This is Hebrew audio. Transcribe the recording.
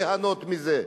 ליהנות מזה.